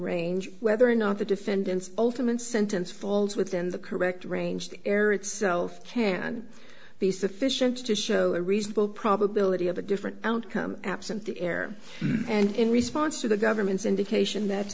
range whether or not the defendant's ultimate sentence falls within the correct range the error itself can be sufficient to show a reasonable probability of a different outcome absent the air and in response to the government's indication that